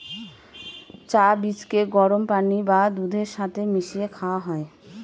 চা বীজকে গরম পানি বা দুধের সাথে মিশিয়ে খাওয়া হয়